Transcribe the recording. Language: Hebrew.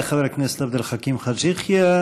תודה לחבר הכנסת עבד אל חכים חאג' יחיא.